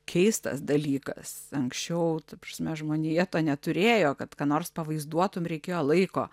keistas dalykas anksčiau ta prasme žmonija to neturėjo kad ką nors pavaizduotum reikėjo laiko